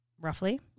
roughly